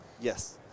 Yes